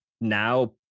Now